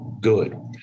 good